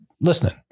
listening